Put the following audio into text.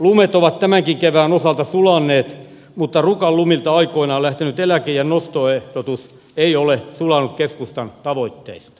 lumet ovat tämänkin kevään osalta sulaneet mutta rukan lumilta aikoinaan lähtenyt eläkeiän nostoehdotus ei ole sulanut keskustan tavoitteista